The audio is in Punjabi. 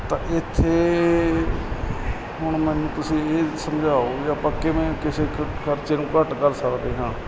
ਤਾਂ ਇੱਥੇ ਹੁਣ ਮੈਨੂੰ ਤੁਸੀਂ ਇਹ ਸਮਝਾਓ ਵੀ ਆਪਾਂ ਕਿਵੇਂ ਕਿਸੇ ਖ ਖਰਚੇ ਨੂੰ ਘੱਟ ਕਰ ਸਕਦੇ ਹਾਂ